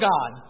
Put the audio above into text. God